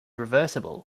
reversible